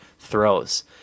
throws